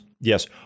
Yes